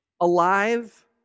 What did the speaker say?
alive